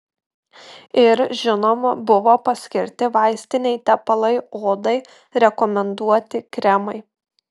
ir žinoma buvo paskirti vaistiniai tepalai odai rekomenduoti kremai